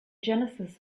genesis